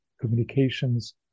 communications